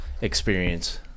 experience